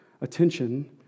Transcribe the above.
attention